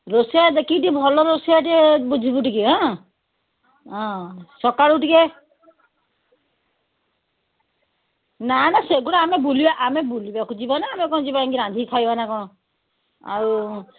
ରୋଷେୟା ଦେଖିକି ଟିକେ ଭଲ ରୋଷେୟା ଟିକେ ବୁଝିବୁ ଟିକେ ଆଁ ହଁ ସକାଳୁ ଟିକିଏ ନା ନା ସେଗୁଡ଼ା ଆମେ ବୁଲିବା ଆମେ ବୁଲିବାକୁ ଯିବାନା ଆମେ କ'ଣ ଯିବା ଯାଇକି ରାନ୍ଧିକି ଖାଇବା ନା କ'ଣ ଆଉ